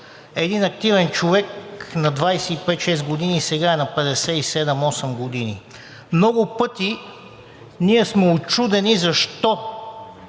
Един активен човек на 25 – 26 години сега е на 57 – 58 години. Много пъти ние сме учудени защо